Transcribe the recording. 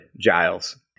Giles